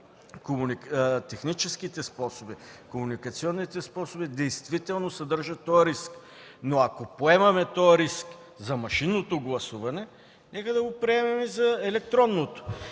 Техническите способи, комуникационните способи действително съдържат този риск. Но ако поемаме този риск за машинното гласуване, нека да го приемем и за електронното.